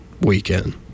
weekend